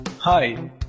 Hi